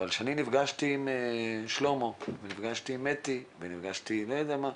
אבל כשאני נפגשתי עם שלמה ונפגשתי עם אתי ונפגשתי לא יודע מה,